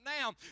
now